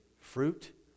fruit